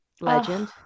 legend